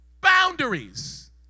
Boundaries